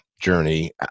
journey